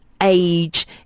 age